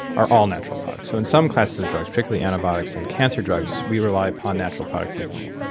are all natural products. so in some classes of drugs, particularly antibiotics and cancer drugs, we rely upon natural products even more.